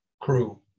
crew